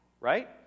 right